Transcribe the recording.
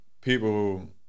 people